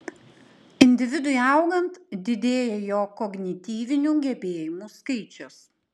individui augant didėja jo kognityvinių gebėjimų skaičius